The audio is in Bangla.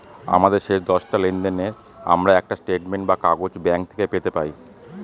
আমাদের শেষ দশটা লেনদেনের আমরা একটা স্টেটমেন্ট বা কাগজ ব্যাঙ্ক থেকে পেতে পাই